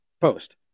post